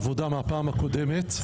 עבודה מהפעם הקודמת.